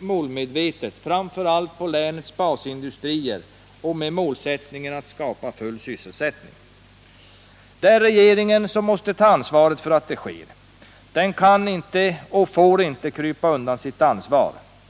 målmedvetet, framför allt på länets basindustrier och med målsättningen att skapa full sysselsättning. Det är regeringen som måste ta ansvaret för att det sker. Den kan inte och får inte krypa undan sitt ansvar.